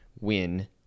win